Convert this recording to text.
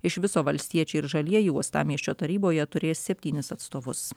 iš viso valstiečiai ir žalieji uostamiesčio taryboje turės septynis atstovus